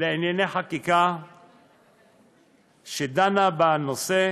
לענייני חקיקה שדנה בנושא,